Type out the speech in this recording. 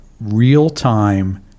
real-time